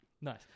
Nice